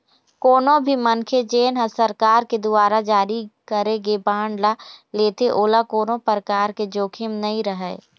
कोनो भी मनखे जेन ह सरकार के दुवारा जारी करे गे बांड ल लेथे ओला कोनो परकार के जोखिम नइ रहय